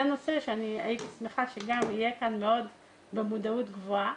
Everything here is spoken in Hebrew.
זה נושא שהייתי שמחה שיהיה במודעות גבוהה.